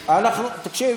תקשיב.